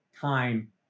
time